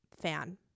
fan